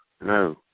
No